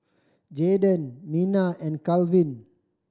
Jaeden Minna and Kalvin